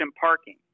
parking